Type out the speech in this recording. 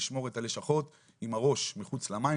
לשמור את הלשכות עם הראש מחוץ למים,